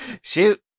shoot